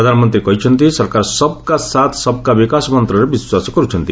ପ୍ରଧାନମନ୍ତ୍ରୀ କହିଛନ୍ତି ସରକାର ସବ୍କା ସାଥ ସବ୍କା ବିକାଶ ମନ୍ତ୍ରେ ବିଶ୍ୱାସ କର୍ତ୍ଛନ୍ତି